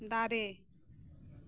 ᱫᱟᱨᱮ